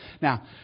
Now